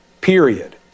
period